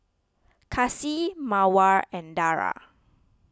Kasih Mawar and Dara